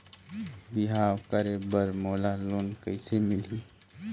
बिहाव करे बर मोला लोन कइसे मिलही?